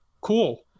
cool